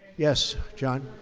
yes, jon.